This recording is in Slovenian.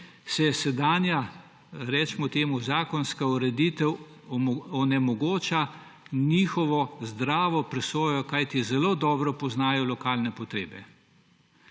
po Slovenji, sedanja zakonska ureditev onemogoča njihovo zdravo presojo. Kajti zelo dobro poznajo lokalne potrebe.